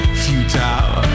futile